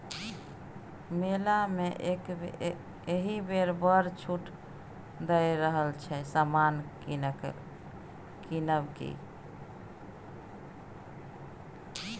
मेला मे एहिबेर बड़ छूट दए रहल छै समान किनब कि?